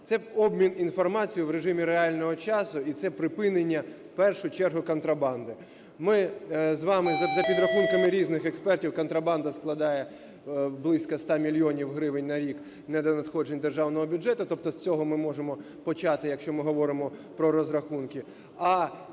Це обмін інформацією в режимі реального часу і це припинення в першу чергу контрабанди. Ми з вами за підрахунками різних експертів контрабанда складає близько 100 мільйонів гривень на рік недонадходжень державного бюджету, тобто з цього ми можемо почати, якщо ми говоримо про розрахунки.